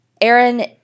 Aaron